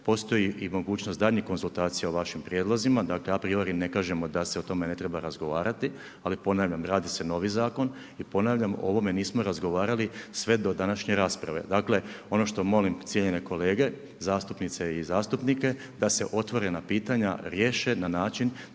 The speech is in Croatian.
postoji i mogućnost daljnjih konzultacija o vašim prijedlozima, dakle a priori, ne kažemo da se o tome ne treba razgovarati, ali ponavljam ,radi se novi zakon i ponavljam o ovome nismo razgovarali sve do današnje rasprave. Dakle, ono što molim cijenjene kolege, zastupnice i zastupnike, da se otvorena pitanja riješe na način